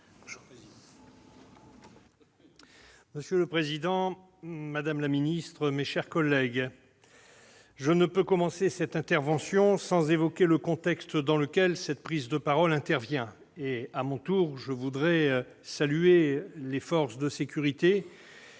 Monsieur le président, madame la ministre, mes chers collègues, je ne peux commencer cette intervention sans évoquer le contexte dans lequel cette prise de parole intervient. À mon tour, je veux saluer les forces de sécurité